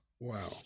Wow